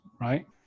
right